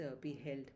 beheld